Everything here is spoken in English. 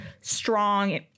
strong